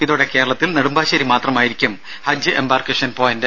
ഇതോടെ കേരളത്തിൽ നെടുമ്പാശേരി മാത്രമായിരിക്കും ഹജ്ജ് എമ്പാർക്കേഷൻ പോയന്റ്